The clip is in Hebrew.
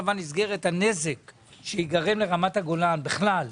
הנזק שייגרם לרמת הגולן בכלל,